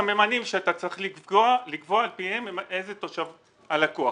סממנים שאתה צריך לקבוע על פיהם איזה תושב הלקוח.